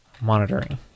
monitoring